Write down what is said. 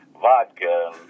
vodka